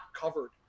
covered